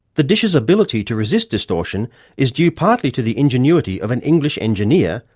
the dish's ability to resist distortion is due partly to the ingenuity of an english engineer,